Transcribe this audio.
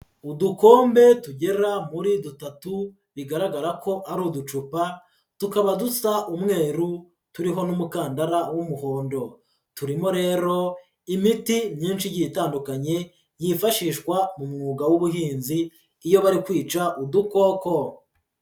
Udukombe tugera muri dutatu bigaragara ko ari uducupa, tukaba dusa umweru turiho n'umukandara w'umuhondo, turimo rero imiti myinshi igiye itandukanye, yifashishwa mu mwuga w'ubuhinzi iyo bari kwica udukoko.